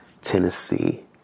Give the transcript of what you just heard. tennessee